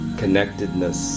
connectedness